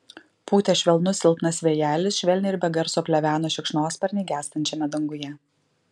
pūtė švelnus silpnas vėjelis švelniai ir be garso pleveno šikšnosparniai gęstančiame danguje